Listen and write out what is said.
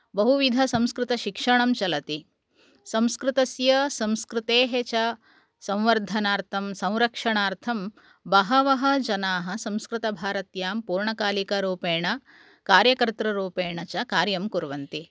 बहुविधसंस्कृतशिक्षणं चलति संस्कृतस्य संस्कृतेः च संवर्धनार्थं संरक्षणार्थं बहवः जनाः संस्कृतभारत्यां पूर्णकालिकरूपेण कार्यकर्तृरूपेण च कार्यं कुर्वन्ति